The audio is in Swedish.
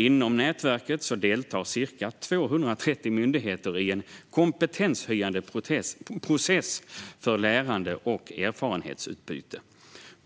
Inom nätverket deltar ca 230 myndigheter i en kompetenshöjande process för lärande och erfarenhetsutbyte.